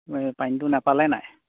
এই পানীটো নোপালে নাই